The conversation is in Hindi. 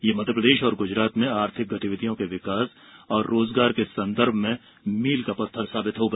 यह मध्यप्रदेश और गुजरात में आर्थिक गतिविधियों के विकास और रोजगार के संदर्भ में मील का पत्थर साबित होगा